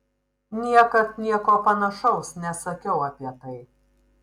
niekad nieko panašaus nesakiau apie tai